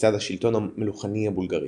מצד השלטון המלוכני הבולגרי.